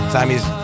Sammy's